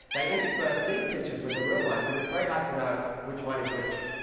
they intersperse these pictures with the real ones and it's very hard to know which one is which.